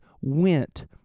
went